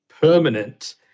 permanent